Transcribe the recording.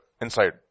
inside